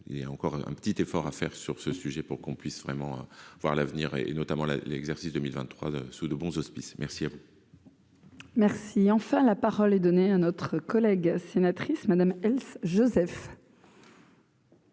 et encore un petit effort à faire sur ce sujet pour qu'on puisse vraiment voir l'avenir et et notamment la l'exercice 2023 2 sous de bons auspices merci. Merci enfin la parole est donnée un autre collègue sénatrice Madame Else Joseph.